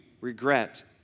regret